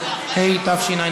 ביטוח סיעודי קבוצתי) (הוראת שעה),